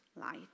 light